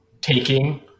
taking